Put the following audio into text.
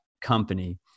company